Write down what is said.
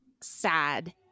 sad